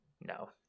no